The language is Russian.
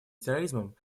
терроризмом